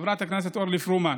חברת הכנסת אורלי פרומן.